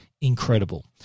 incredible